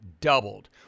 doubled